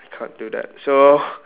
we can't do that so